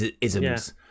isms